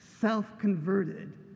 self-converted